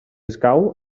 escau